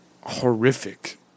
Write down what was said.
horrific